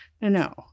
no